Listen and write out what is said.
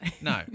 no